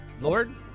lord